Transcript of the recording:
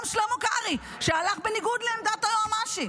גם שלמה קרעי, שהלך בניגוד לעמדת היועמ"שית.